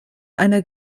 eine